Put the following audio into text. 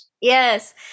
Yes